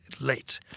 late